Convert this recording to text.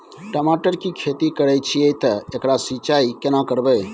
टमाटर की खेती करे छिये ते एकरा सिंचाई केना करबै?